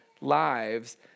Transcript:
lives